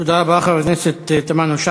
תודה רבה, חברת הכנסת תמנו-שטה.